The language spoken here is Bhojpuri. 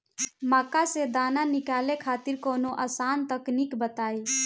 मक्का से दाना निकाले खातिर कवनो आसान तकनीक बताईं?